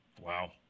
Wow